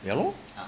ya lor